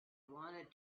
wanted